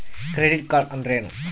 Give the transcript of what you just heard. Credit card ಅಂದ್ರೇನು?